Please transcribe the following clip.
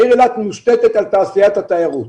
העיר אילת מושתתת על תעשיית התיירות,